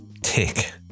Tick